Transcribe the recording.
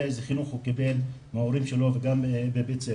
איזה חינוך הוא קיבל מההורים שלו וגם בבית הספר.